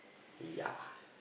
ya